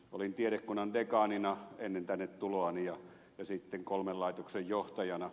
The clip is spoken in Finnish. olin tiedekunnan dekaanina ennen tänne tuloani ja sitten kolmen laitoksen johtajana